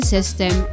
System